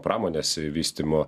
pramonės vystymo